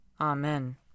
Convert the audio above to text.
Amen